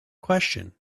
question